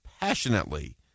passionately